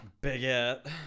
Bigot